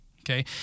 Okay